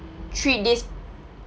treat this